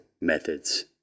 methods